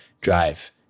drive